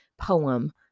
poem